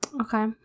Okay